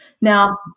Now